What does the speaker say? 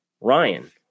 Ryan